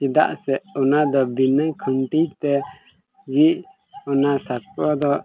ᱪᱮᱫᱟᱜ ᱥᱮ ᱚᱱᱟᱫᱚ ᱵᱤᱱᱟᱹ ᱠᱷᱩᱱᱴᱤᱛᱮ ᱜᱮ ᱚᱱᱟ ᱥᱟᱸᱠᱳ ᱫᱚ